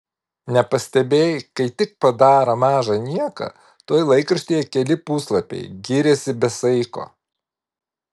nepastebėjai kai tik padaro mažą nieką tuoj laikraštyje keli puslapiai giriasi be saiko